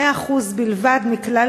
2% בלבד מכלל